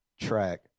track